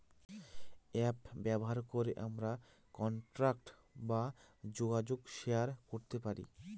app ব্যবহার করে আমরা কন্টাক্ট বা যোগাযোগ শেয়ার করতে পারি